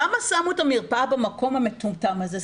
למה שמו את המרפאה במקום המטומטם הזה,